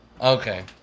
Okay